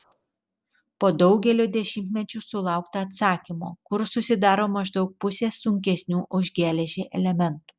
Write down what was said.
po daugelio dešimtmečių sulaukta atsakymo kur susidaro maždaug pusė sunkesnių už geležį elementų